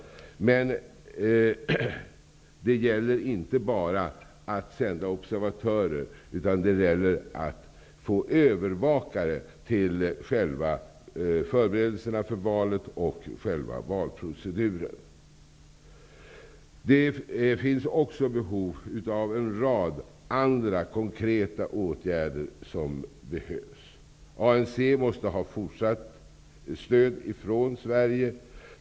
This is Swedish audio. Men det gäller inte bara att sända observatörer, utan det gäller att få övervakare till förberedelserna för valet och till själva valproceduren. Det finns också behov av en rad andra konkreta åtgärder. ANC måste få fortsatt stöd från Sverige.